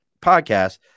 podcast